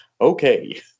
okay